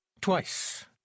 twice